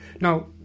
Now